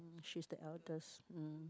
mm she's the eldest mm